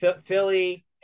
Philly